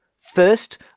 First